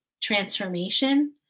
transformation